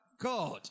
God